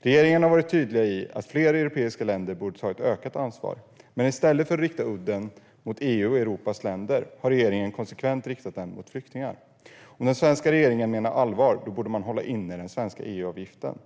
Regeringen har varit tydlig med att fler europeiska länder borde ta ett ökat ansvar, men i stället för att rikta udden mot EU och Europas länder har regeringen konsekvent riktat den mot flyktingar. Om den svenska regeringen menar allvar borde man hålla inne den svenska EU-avgiften.